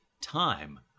time